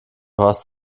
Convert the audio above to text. hast